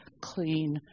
clean